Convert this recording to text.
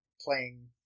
playing